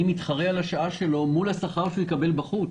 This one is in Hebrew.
אני מתחרה על השעה שלו מול השכר שהוא יקבל בחוץ,